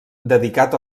dedicat